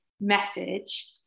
message